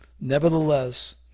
Nevertheless